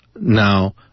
now